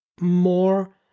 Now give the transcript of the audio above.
more